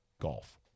golf